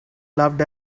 loved